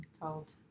called